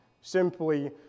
simply